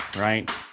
right